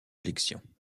élections